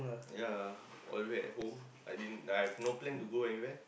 ya all the way at home I didn't I have no plan to go anywhere